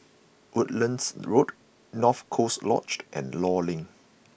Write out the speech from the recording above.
Woodlands Road North Coast Lodged and Law Link